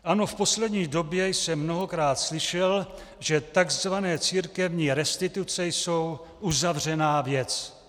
Ano, v poslední době jsem mnohokrát slyšel, že takzvané církevní restituce jsou uzavřená věc.